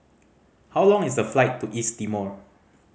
how long is the flight to East Timor